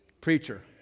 Preacher